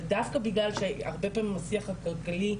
אבל דווקא בגלל שהרבה פעמים השיח הכלכלי,